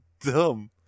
dumb